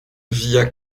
via